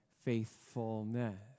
faithfulness